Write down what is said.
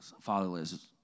fatherless